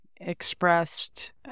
expressed